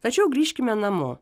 tačiau grįžkime namo